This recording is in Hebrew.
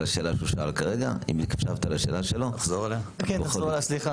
תחזור על השאלה.